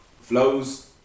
Flows